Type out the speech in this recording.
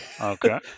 Okay